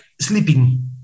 sleeping